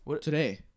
Today